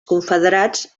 confederats